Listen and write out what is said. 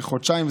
בחודשיים.